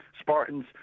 Spartans